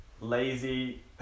lazy